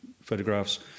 photographs